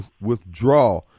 withdraw